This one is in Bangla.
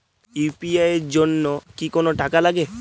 ইউ.পি.আই এর জন্য কি কোনো টাকা লাগে?